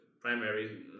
primary